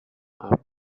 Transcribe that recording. are